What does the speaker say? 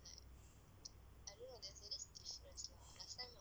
and